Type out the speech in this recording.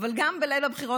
אבל גם בליל הבחירות,